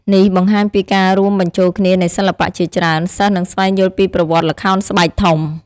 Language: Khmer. នេះបង្ហាញពីការរួមបញ្ចូលគ្នានៃសិល្បៈជាច្រើន សិស្សនឹងស្វែងយល់ពីប្រវត្តិល្ខោនស្បែកធំ។